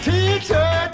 Teacher